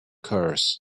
curse